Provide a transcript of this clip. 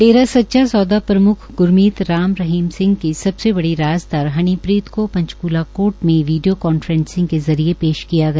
डेरा सच्चा सौदा प्रम्ख ग्रमीत राम रहीम सिंह की सबसे बड़ी राज़दार हनीप्रीत को पंचकूला कोई में वीडियों कांफ्रेसिंग के जरिये पेश किया गया